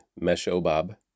Meshobab